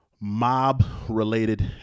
mob-related